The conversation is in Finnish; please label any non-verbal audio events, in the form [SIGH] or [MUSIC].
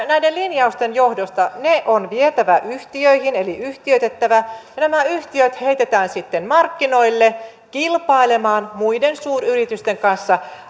näiden linjausten johdosta on vietävä yhtiöihin eli yhtiöitettävä ja nämä yhtiöt heitetään sitten markkinoille kilpailemaan muiden suuryritysten kanssa [UNINTELLIGIBLE]